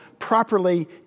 properly